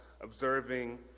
observing